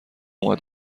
اومد